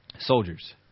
soldiers